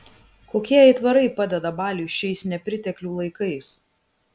kokie aitvarai padeda baliui šiais nepriteklių laikais